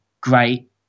Great